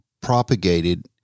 propagated